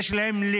הייתי שם כל היום.